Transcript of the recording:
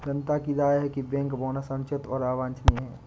जनता की राय है कि बैंक बोनस अनुचित और अवांछनीय है